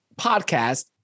podcast